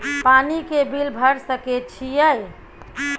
पानी के बिल भर सके छियै?